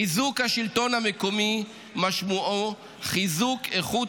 חיזוק השלטון המקומי משמעו חיזוק איכות